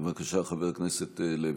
בבקשה, חבר הכנסת לוי.